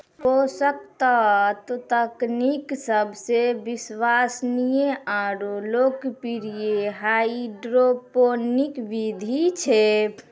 पोषक तत्व तकनीक सबसे विश्वसनीय आरु लोकप्रिय हाइड्रोपोनिक विधि छै